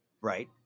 right